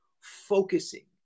focusing